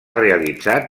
realitzat